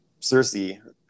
Cersei